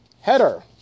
Header